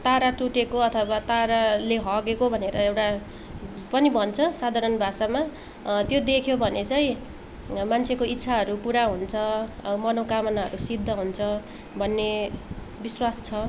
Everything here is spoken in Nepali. तारा टुटेको अथवा ताराले हगेको भनेर एउटा पनि भन्छ साधारण भाषामा त्यो देख्यो भने चाहिँ मान्छेको इच्छाहरू पुरा हुन्छ मनोकामनाहरू सिद्ध हुन्छ भन्ने विश्वास छ